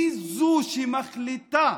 היא זו שמחליטה